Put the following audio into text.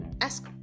ask